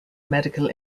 medical